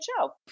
show